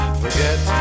forget